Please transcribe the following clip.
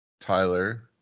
tyler